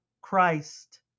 Christ